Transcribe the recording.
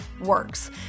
works